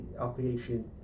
operation